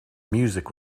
music